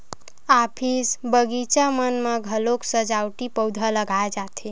office, बगीचा मन म घलोक सजावटी पउधा लगाए जाथे